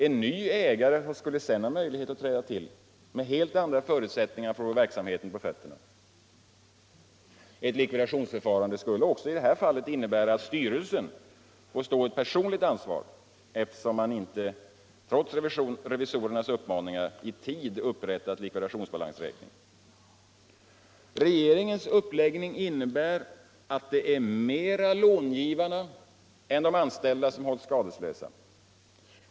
En ny ägare skulle sedan ha möjligheter att träda till med helt andra förutsättningar att få verksamheten på fötter. Ett likvidationsförfarande skulle också i det här fallet innebära att styrelsen får stå ett personligt ansvar, eftersom styrelsen inte trots revisorernas uppmaningar i tid har upprättat likvidationsbalansräkning. lingsaktiebolaget, Regeringens uppläggning innebär att det mera är långivarna än de anställda som hålls skadeslösa.